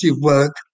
work